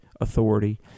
authority